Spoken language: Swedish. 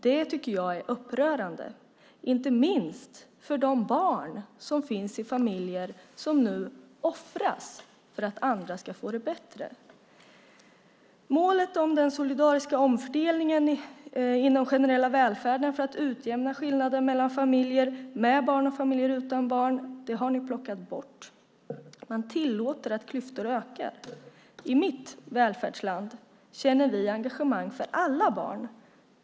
Det tycker jag är upprörande, inte minst för de barn som finns i familjer som nu offras för att andra ska få det bättre. Målet om den solidariska omfördelningen inom den generella välfärden för att utjämna skillnader mellan familjer med barn och familjer utan barn har ni plockat bort. Man tillåter att klyftor ökar. I mitt välfärdsland känner vi engagemang för alla barn.